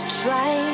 try